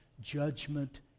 judgment